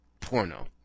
porno